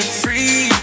free